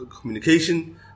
communication